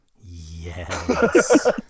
Yes